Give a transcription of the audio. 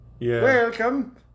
Welcome